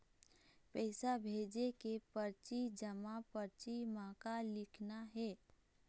पैसा भेजे के परची जमा परची म का लिखना हे?